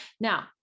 Now